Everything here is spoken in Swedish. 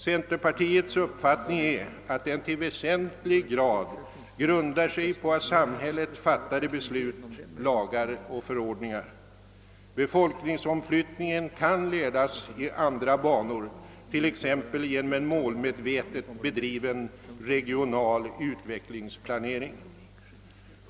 Centerpartiets uppfattning är att den till väsentlig grad grundar sig på av samhället fattade beslut, på lagar och förordningar. Befolkningsomflyttningen kan ledas i andra banor t.ex. genom en målmedvetet bedriven regional utvecklingsplanering.